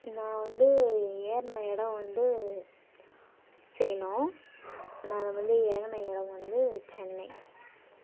நான் வந்து ஏறுன இடம் வந்து சேலம் நான் வந்து இறங்குன இடம் வந்து சென்னை